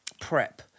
prep